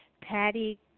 Patty